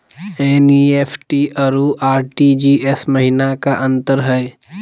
NEFT अरु RTGS महिना का अंतर हई?